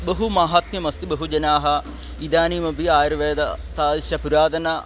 बहु माहात्म्यमस्ति बहुजनाः इदानीमपि आयुर्वेदं तादृशं पुरातनं